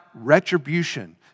retribution